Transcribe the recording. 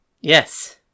Yes